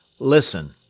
listen,